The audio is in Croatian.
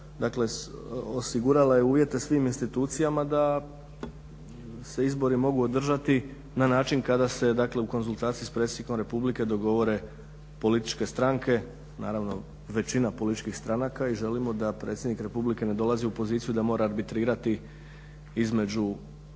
dakle osigurala je uvjete svim institucijama da se izbori mogu održati na način kada se dakle u konzultaciji s predsjednikom Republike dogovore političke stranke, naravno većina političkih stranaka, i želimo da predsjednik Republike ne dolazi u poziciju da mora arbitrirati između